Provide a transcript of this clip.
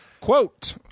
Quote